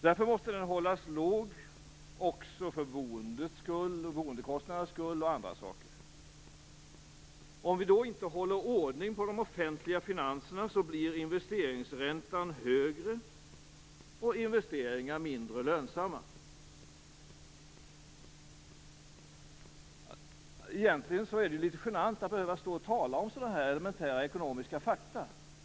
Därför måste den hållas låg, också för boendekostnadernas och andra sakers skull. Om vi då inte håller ordning på de offentliga finanserna blir investeringsräntan högre och investeringar mindre lönsamma. Egentligen är det litet genant att behöva tala om sådana här elementära ekonomiska fakta.